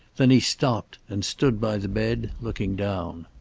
then he stopped and stood by the bed, looking down.